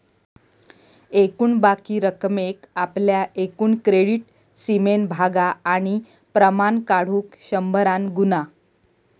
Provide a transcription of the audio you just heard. एकूण बाकी रकमेक आपल्या एकूण क्रेडीट सीमेन भागा आणि प्रमाण काढुक शंभरान गुणा